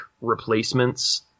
replacements